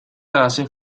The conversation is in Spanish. hace